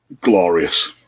glorious